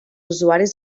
usuaris